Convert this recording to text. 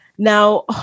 Now